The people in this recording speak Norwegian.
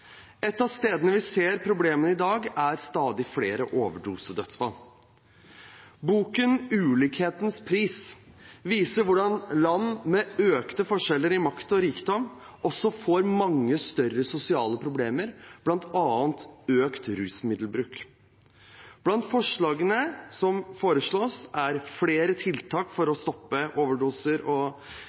Et av problemene vi ser i dag, er stadig flere overdosedødsfall. Boken «Ulikhetens pris» viser hvordan land med økte forskjeller i makt og rikdom også får mange større sosiale problemer, bl.a. økt rusmiddelbruk. Blant forslagene er flere tiltak for å stoppe overdoser, påvirkning fra brukerne og